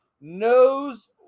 knows